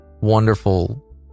wonderful